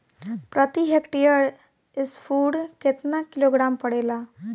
प्रति हेक्टेयर स्फूर केतना किलोग्राम पड़ेला?